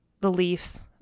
beliefs